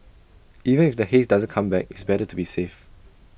even if the haze doesn't come back it's better to be safe